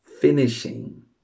finishing